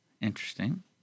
Interesting